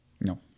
No